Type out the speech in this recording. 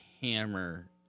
hammer